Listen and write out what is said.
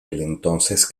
entonces